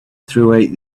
throughout